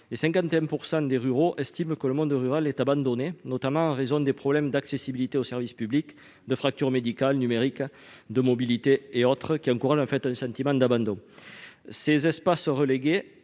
51 % des ruraux estiment que le monde rural est abandonné, notamment en raison des problèmes d'accessibilité aux services publics, de la fracture médicale et numérique, des problèmes de mobilité et d'autres causes qui entretiennent un sentiment d'abandon. Ces espaces relégués